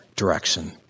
Direction